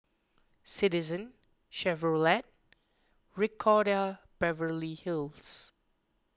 Citizen Chevrolet Ricardo Beverly Hills